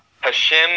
Hashem